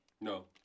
No